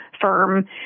firm